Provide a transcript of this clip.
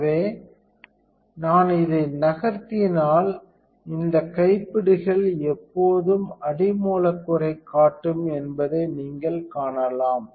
எனவே நான் இதை நகர்த்தினால் இந்த கைப்பிடிகள் எப்போதும் அடி மூலக்கூறை காட்டும் என்பதை நீங்கள் காணலாம்